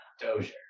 Dozier